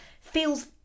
feels